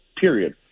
period